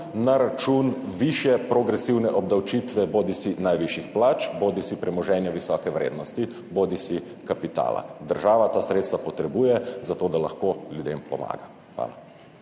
na račun višje progresivne obdavčitve, bodisi najvišjih plač, bodisi premoženja visoke vrednosti, bodisi kapitala. Država ta sredstva potrebuje, zato da lahko ljudem pomaga. Hvala.